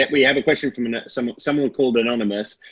we have a question from and so someone called anonymous.